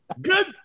Good